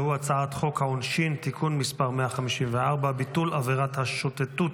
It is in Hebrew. והוא הצעת חוק העונשין (תיקון מס' 154) (ביטול עברת השוטטות),